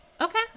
Okay